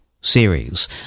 series